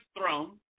throne